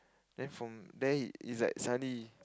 then from then it's like suddenly